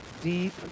deep